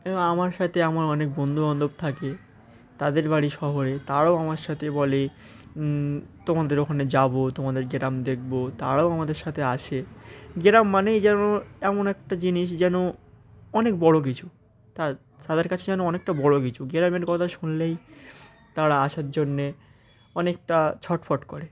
আমার সাথে আমার অনেক বন্ধুবান্ধব থাকে তাদের বাড়ি শহরে তারাও আমার সাথে বলে তোমাদের ওখানে যাব তোমাদের গ্রাম দেখব তারাও আমাদের সাথে আসে গ্রাম মানেই যেন এমন একটা জিনিস যেন অনেক বড় কিছু তা তাদের কাছে যেন অনেকটা বড় কিছু গ্রামের কথা শুনলেই তারা আসার জন্যে অনেকটা ছটফট করে